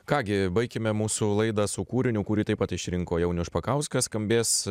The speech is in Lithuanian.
ką gi baikime mūsų laidą su kūriniu kurį taip pat išrinko jaunius špakauskas skambės